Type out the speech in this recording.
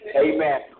amen